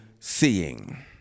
seeing